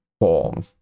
form